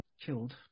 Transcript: Killed